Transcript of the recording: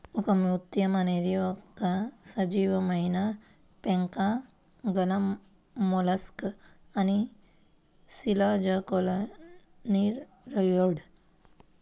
ఒకముత్యం అనేది ఒక సజీవమైనపెంకు గలమొలస్క్ లేదా శిలాజకోనులారియిడ్